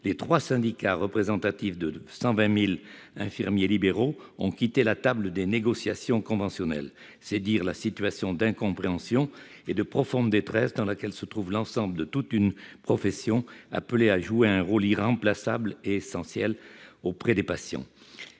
les trois syndicats représentatifs de 120 000 infirmiers libéraux ont quitté la table des négociations conventionnelles. C'est dire la situation d'incompréhension et de profonde détresse dans laquelle se trouve l'ensemble de toute une profession appelée à jouer un rôle irremplaçable et essentiel auprès des patients.